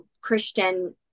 Christian